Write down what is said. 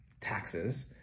taxes